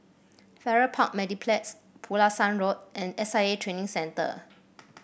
Farrer Park Mediplex Pulasan Road and S I A Training Centre